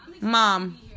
mom